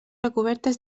recobertes